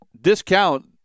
discount